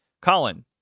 Colin